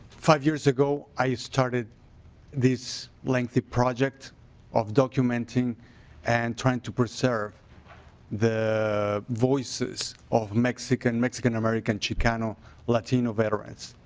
five years ago i started this lengthy project of documenting and trying to preserve the voices of mexican mexican american chicano latino veterans.